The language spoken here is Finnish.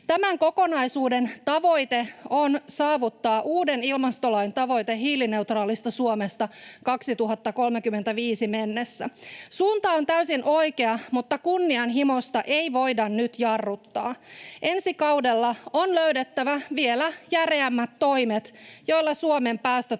Tämän kokonaisuuden tavoite on saavuttaa uuden ilmastolain tavoite hiilineutraalista Suomesta 2035 mennessä. Suunta on täysin oikea, mutta kunnianhimosta ei voida nyt jarruttaa. Ensi kaudella on löydettävä vielä järeämmät toimet, joilla Suomen